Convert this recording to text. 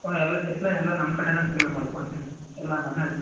ಹ್ಞೂ ಎಲ್ಲ ಇತ್ಲಯ್ ಎಲ್ಲ ನಮ್ಮ ಕಡೆಯೇ ಕ್ಲಿಯರ್ ಮಾಡ್ಕೊಳ್ತೀನಿ ಎಲ್ಲ ನಾನೇ